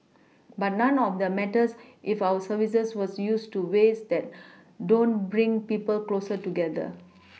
but none of that matters if our services was used to ways that don't bring people closer together